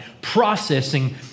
processing